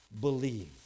believe